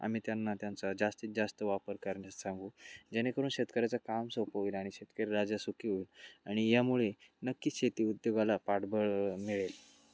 आम्ही त्यांना त्यांचा जास्तीत जास्त वापर करण्यास सांगू जेणेकरून शेतकऱ्याचं काम सोपं होईल आणि शेतकरी राजा सुखी होईल आणि यामुळे नक्कीच शेती उद्योगाला पाठबळ मिळेल